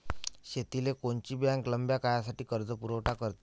शेतीले कोनची बँक लंब्या काळासाठी कर्जपुरवठा करते?